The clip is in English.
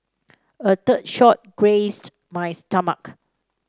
a third shot grazed my stomach